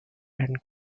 and